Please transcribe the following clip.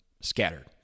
scattered